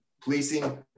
policing